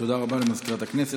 תודה רבה למזכירת הכנסת.